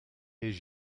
his